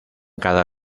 cada